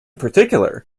particular